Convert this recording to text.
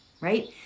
right